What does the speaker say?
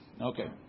Okay